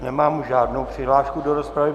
Nemám už žádnou přihlášku do rozpravy.